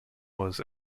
was